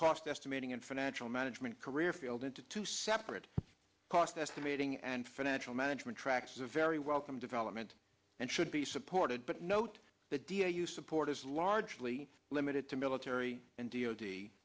cost estimating and financial management career field into two separate cost estimating and financial management tracks is a very welcome development and should be supported but note the dia you support is largely limited to military and d